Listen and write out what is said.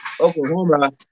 Oklahoma –